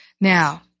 Now